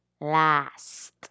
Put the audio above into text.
last